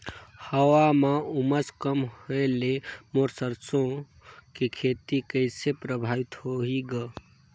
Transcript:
हवा म उमस कम होए ले मोर सरसो के खेती कइसे प्रभावित होही ग?